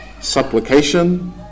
supplication